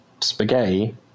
spaghetti